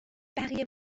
بقیه